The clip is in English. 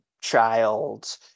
child